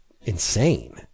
insane